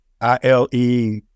I-L-E